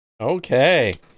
Okay